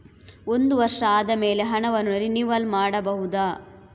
ಒಂದು ವರ್ಷ ಆದಮೇಲೆ ಹಣವನ್ನು ರಿನಿವಲ್ ಮಾಡಬಹುದ?